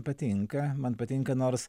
patinka man patinka nors